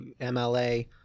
MLA